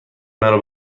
مرا